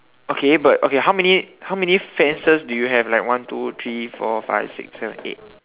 okay but okay how many how many fences do you have like one two three four five six seven eight